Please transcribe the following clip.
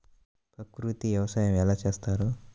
ప్రకృతి వ్యవసాయం ఎలా చేస్తారు?